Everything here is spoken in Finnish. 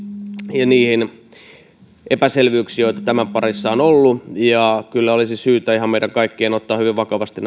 ja niihin epäselvyyksiin joita niiden parissa on ollut kyllä olisi syytä ihan meidän kaikkien ottaa hyvin vakavasti